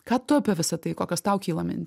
ką tu apie visa tai kokios tau kyla mintys